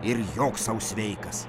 ir jok sau sveikas